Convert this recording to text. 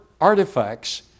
artifacts